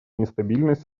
нестабильность